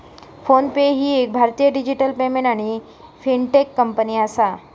phone पे ही एक भारतीय डिजिटल पेमेंट आणि फिनटेक कंपनी आसा